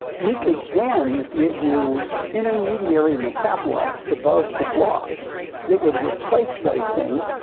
we could then give you intermediary metabolites above the block that would replace those things,